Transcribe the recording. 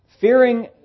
Fearing